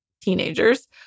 teenagers